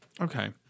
Okay